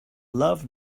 love